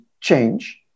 change